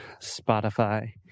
Spotify